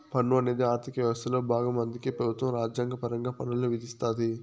పన్ను అనేది ఆర్థిక యవస్థలో బాగం అందుకే పెబుత్వం రాజ్యాంగపరంగా పన్నుల్ని విధిస్తాది